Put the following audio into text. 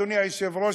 אדוני היושב-ראש,